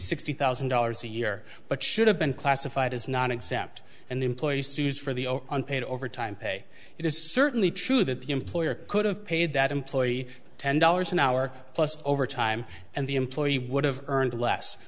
sixty thousand dollars a year but should have been classified as not exempt and employee sues for the unpaid overtime pay it is certainly true that the employer could have paid that employee ten dollars an hour plus overtime and the employee would have earned less